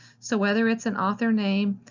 so whether it's an author name,